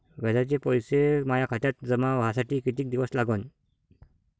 व्याजाचे पैसे माया खात्यात जमा व्हासाठी कितीक दिवस लागन?